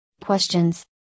questions